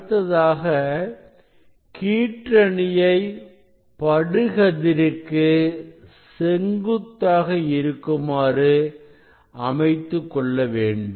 அடுத்ததாக கீற்றணியை படுகதிருக்கு செங்குத்தாக இருக்குமாறு அமைத்துக்கொள்ள வேண்டும்